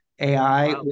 AI